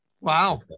Wow